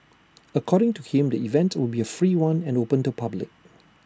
according to him the event will be A free one and open to public